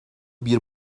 bir